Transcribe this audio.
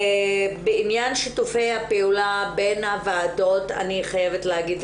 בעניין שיתופי הפעולה בין הוועדות אני חייבת להגיד,